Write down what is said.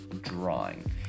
drawing